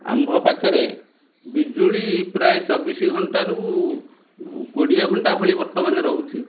ଆମ୍ଭ ପାଖରେ ବିଜୁଳି ପ୍ରାୟ ଚବିଶି ଘଣ୍ଟାରୁ କୋଡ଼ିଏ ଘଣ୍ଟା ଭଳି ବର୍ତ୍ତମାନ ରହୁଛି